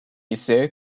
ise